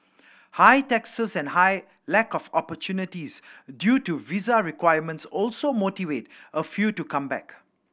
high taxes and high lack of opportunities due to visa requirements also motivate a few to come back